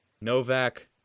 Novak